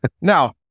Now